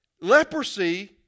Leprosy